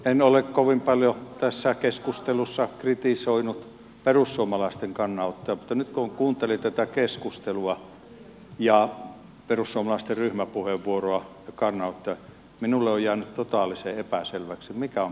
en ole kovin paljon tässä keskustelussa kritisoinut perussuomalaisten kannanottoja mutta nyt kun kuuntelin tätä keskustelua ja perussuomalaisten ryhmäpuheenvuoroa ja kannanottoja minulle on jäänyt totaalisen epäselväksi mikä on perussuomalaisten kuntalinja